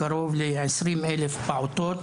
קרוב ל-20 אלף פעוטות,